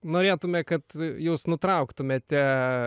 norėtume kad jūs nutrauktumėte